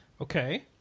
Okay